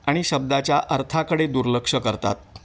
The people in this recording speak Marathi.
आणि शब्दाच्या अर्थाकडे दुर्लक्ष करतात